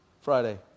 Friday